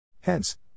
Hence